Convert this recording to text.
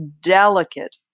delicate